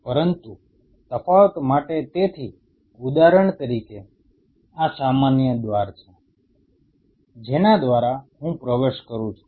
પરંતુ તફાવત માટે તેથી ઉદાહરણ તરીકે આ સામાન્ય દ્વાર છે જેના દ્વારા હું પ્રવેશ કરું છું